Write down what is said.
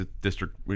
district